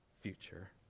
future